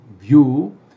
view